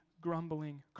grumbling